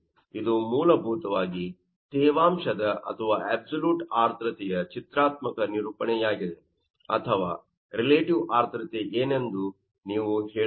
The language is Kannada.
ಇದು ಮೂಲಭೂತವಾಗಿ ತೇವಾಂಶದ ಅಥವಾ ಅಬ್ಸಲ್ಯೂಟ್ ಆರ್ದ್ರತೆಯ ಚಿತ್ರಾತ್ಮಕ ನಿರೂಪಣೆಯಾಗಿದೆ ಅಥವಾ ರಿಲೇಟಿವ್ ಆರ್ದ್ರತೆ ಏನೆಂದು ನೀವು ಹೇಳಬಹುದು